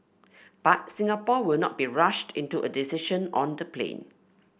but Singapore will not be rushed into a decision on the plane